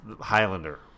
Highlander